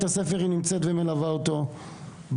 הספר שלו היא נמצאת איתו ומלווה אותו בשיעורים,